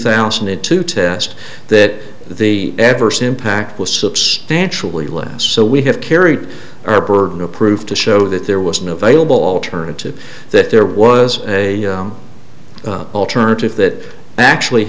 thousand and two test that the adverse impact was substantially less so we have carried our burden of proof to show that there was no available alternative that there was a alternative that actually